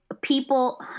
people